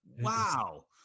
Wow